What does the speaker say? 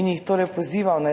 in jih torej pozival,